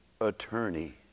attorney